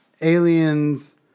aliens